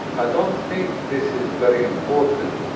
i don't think this is very important,